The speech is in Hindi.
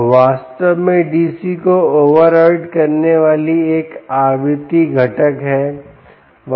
और वास्तव में DC को ओवरराइड करने वाली एक आवृत्ति घटक है